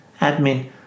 admin